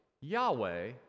Yahweh